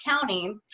County